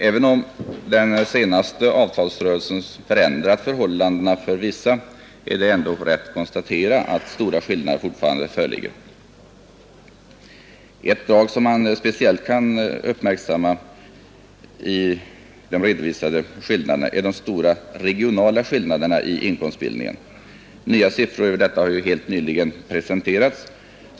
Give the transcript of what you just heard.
Även om den senaste avtalsrörelsen ändrat förhållandena för vissa är det riktigt att konstatera att stora skillnader föreligger. Ett drag som speciellt bör uppmärksammas är de stora regionala skillnaderna i inkomstbildningen. Nya siffror över detta har nyligen presenterats.